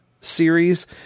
series